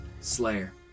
Slayer